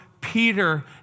Peter